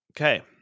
Okay